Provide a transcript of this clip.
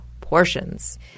Portions